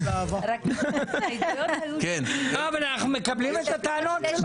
אנחנו מקבלים את הטענות שלכם.